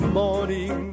morning